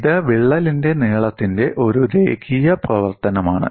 ഇത് വിള്ളലിന്റെ നീളത്തിന്റെ ഒരു രേഖീയ പ്രവർത്തനമാണ്